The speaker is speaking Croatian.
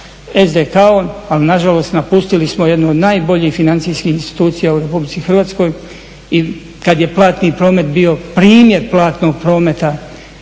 SDK-om ali nažalost napustili smo jednu od najboljih financijskih institucija u Republici Hrvatskoj. I kad je platni promet bio primjer platnog prometa,